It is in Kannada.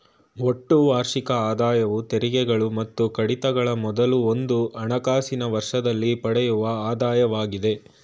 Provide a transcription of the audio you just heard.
ಒಟ್ಟು ವಾರ್ಷಿಕ ಆದಾಯವು ತೆರಿಗೆಗಳು ಮತ್ತು ಕಡಿತಗಳ ಮೊದಲು ಒಂದು ಹಣಕಾಸಿನ ವರ್ಷದಲ್ಲಿ ಪಡೆಯುವ ಆದಾಯವಾಗಿದೆ